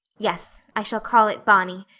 yes, i shall call it bonny.